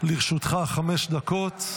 לרשותך חמש דקות,